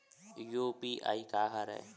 UPI का हरय?